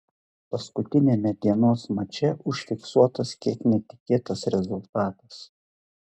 paskutiniame dienos mače užfiksuotas kiek netikėtas rezultatas